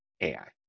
AI